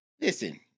Listen